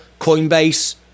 Coinbase